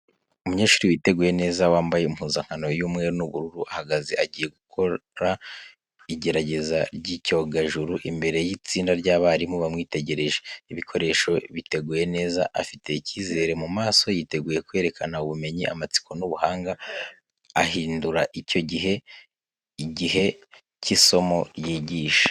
Umunyeshuri witeguye neza, wambaye impuzankano y’umweru n’ubururu, ahagaze agiye gukora igerageza ry'icyogajuru imbere y’itsinda ry’abarimu bamwitegereje. Ibikoresho biteguye neza, afite icyizere mu maso yiteguye kwerekana ubumenyi, amatsiko n’ubuhanga, ahindura icyo gihe igihe cy' isomo ryigisha.